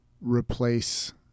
replace